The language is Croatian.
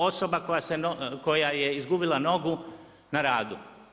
Osoba koja je izgubila nogu na radu.